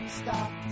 stop